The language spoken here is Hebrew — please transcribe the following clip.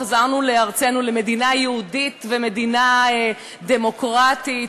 חזרנו לארצנו למדינה יהודית ומדינה דמוקרטית.